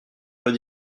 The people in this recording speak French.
peut